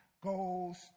goes